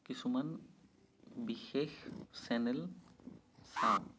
কিছুমান বিশেষ চেনেল চাওঁ